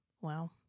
Wow